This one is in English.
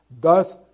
Thus